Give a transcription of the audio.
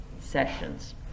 sessions